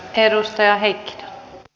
edustaja heikki j